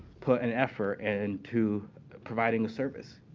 put an effort and to providing a service.